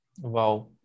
Wow